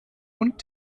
und